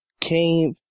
came